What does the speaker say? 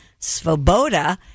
svoboda